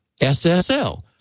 SSL